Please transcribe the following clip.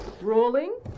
Rolling